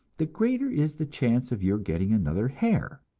the greater is the chance of your getting another hair.